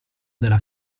della